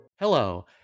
Hello